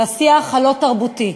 לשיח הלא-תרבותי,